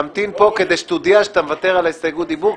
תמתין פה כדי שתודיע שאתה מוותר על הסתייגות הדיבור,